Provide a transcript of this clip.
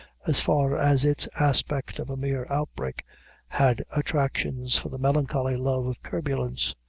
as far as its aspect of a mere outbreak had attractions for the melancholy love of turbulence,